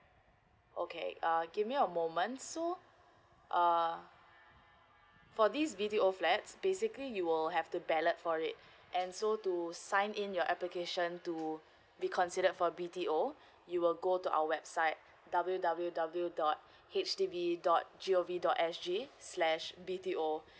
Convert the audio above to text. okay uh give me a moment so uh for this B_T_O flats basically you will have to ballot for it and so to sign in your application to be considered for B_T_O you will go to our website W W W dot H D B dot G_O_V dot S_G slash B_T_O